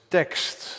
tekst